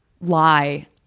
lie